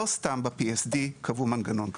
לא סתם ב-PSD קבעו מנגנון כזה.